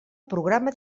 programa